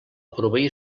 proveir